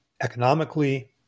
Economically